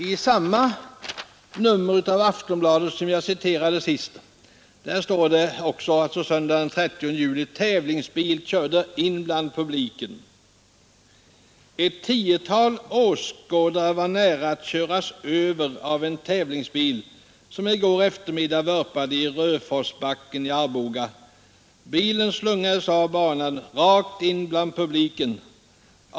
I samma nummer av Aftonbladet som jag citerade ur nyss, alltså söndagen den 30 juli 1972, står det också om en tävlingsbil som körde in bland publiken. ”Ett tiotal åskådare var nära att köras över av en tävlingsbil som i går eftermiddag vurpade i Röforsbacken i Arboga. Bilen slungades av banan rakt in bland publiken.